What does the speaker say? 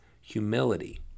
humility